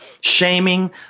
shaming